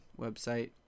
website